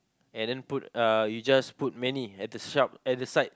and then put uh you just put many at the sharp at the side